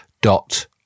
dot